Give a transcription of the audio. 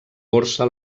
borsa